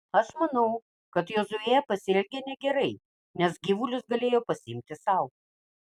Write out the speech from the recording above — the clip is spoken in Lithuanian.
aš manau kad jozuė pasielgė negerai nes gyvulius galėjo pasiimti sau